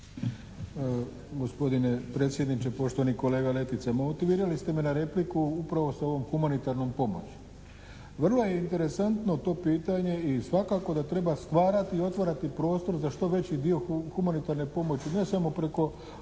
Gospodine predsjedniče, poštovani kolega Letica. Motivirali ste me na repliku upravo s ovom humanitarnom pomoći. Vrlo je interesantno to pitanje i svakako da treba stvarati i otvarati prostor za što veći dio humanitarne pomoći ne samo preko